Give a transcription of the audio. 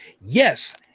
Yes